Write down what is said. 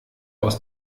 aus